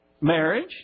marriage